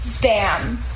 bam